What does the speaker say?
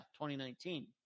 2019